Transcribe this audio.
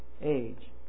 Age